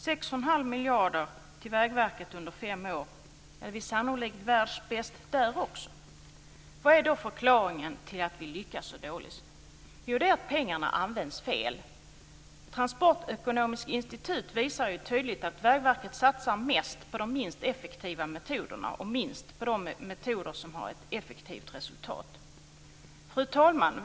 6 1⁄2 miljard till Vägverket under fem år är sannolikt också världsbäst. Vad är då förklaringen till att vi lyckas så dåligt? Jo, det är att pengarna används fel. Transportøkonomisk institutt visar tydligt att Vägverket satsar mest på de minst effektiva metoderna och minst på de metoder som ger bäst resultat. Fru talman!